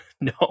No